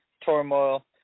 turmoil